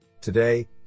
Today